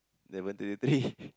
level thirty three